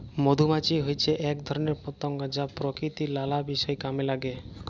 মধুমাছি হচ্যে এক ধরণের পতঙ্গ যা প্রকৃতির লালা বিষয় কামে লাগে